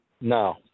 No